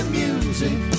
music